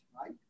right